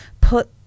put